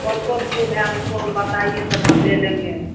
कौन कौन फूल है उसको हम बताइए तो हम ले लेंगे